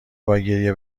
باگریه